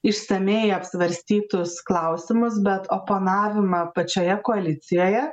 išsamiai apsvarstytus klausimus bet oponavimą pačioje koalicijoje